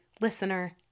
listener